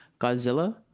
Godzilla